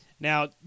Now